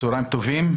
צוהריים טובים.